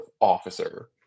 Officer